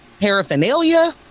paraphernalia